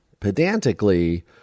pedantically